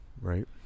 Right